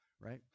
Right